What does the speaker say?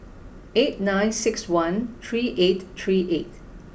eight nine six one three eight three eight